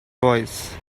voice